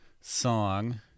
song